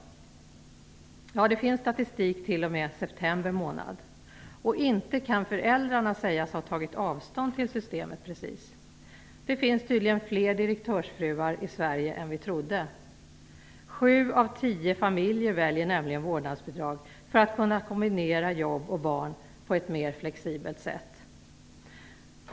Det finns statistik t.o.m. september månad. Föräldrarna kan inte sägas ha tagit avstånd från systemet. Det finns tydligen fler direktörsfruar i Sverige än vi trodde. Sju av tio familjer väljer nämligen vårdnadsbidrag för att kunna kombinera jobb och barn på ett mer flexibelt sätt.